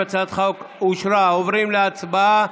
הצבעה.